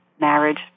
marriage